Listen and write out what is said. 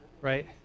Right